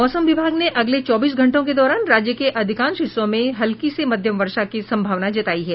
मौसम विभाग ने अगले चौबीस घंटों के दौरान राज्य के अधिकांश हिस्सों में हल्की से मध्यम वर्षा की संभावना जतायी है